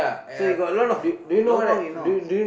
so you got a lot of lobang you know